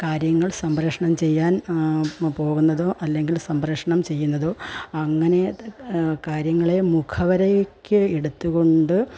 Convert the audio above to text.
സംപ്രേഷണം ചെയ്യാൻ പോകുന്നതോ അല്ലെങ്കിൽ സംപ്രേഷണം ചെയ്യുന്നതോ അങ്ങനെ കാര്യങ്ങളെ മുഖവിലയ്ക്ക് എടുത്തുകൊണ്ട്